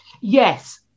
Yes